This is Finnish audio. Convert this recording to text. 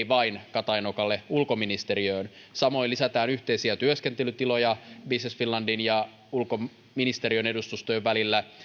vain katajanokalle ulkoministeriöön samoin lisätään yhteisiä työskentelytiloja business finlandin ja ulkoministeriön edustustojen välillä